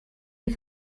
die